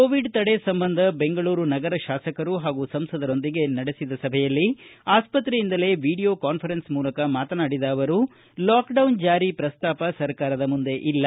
Covid ತಡೆ ಸಂಬಂಧ ಬೆಂಗಳೂರು ನಗರ ಶಾಸಕರು ಹಾಗೂ ಸಂಸದರೊಂದಿಗೆ ನಡೆಸಿದ ಸಭೆಯಲ್ಲಿ ಆಸ್ಪತ್ರೆಯಿಂದಲೇ ವಿಡಿಯೋ ಕಾನ್ವರೆನ್ಸ್ ಮೂಲಕ ಮಾತನಾಡಿದ ಅವರು ಲಾಕ್ಡೌನ್ ಜಾರಿ ಪ್ರಸ್ತಾಪ ಸರ್ಕಾರದ ಮುಂದೆ ಇಲ್ಲ